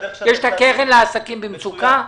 יש את הקרן לעסקים במצוקה.